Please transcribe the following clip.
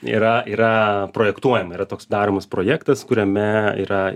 yra yra projektuojama yra toks daromas projektas kuriame yra